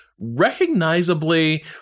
recognizably